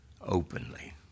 openly